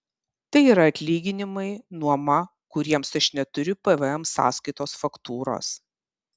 tai yra atlyginimai nuoma kuriems aš neturiu pvm sąskaitos faktūros